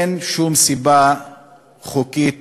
אין שום סיבה חוקית-משפטית